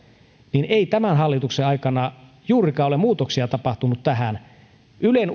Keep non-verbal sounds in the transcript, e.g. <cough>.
niin ei tämän hallituksen aikana juurikaan ole muutoksia tapahtunut tässä ylen <unintelligible>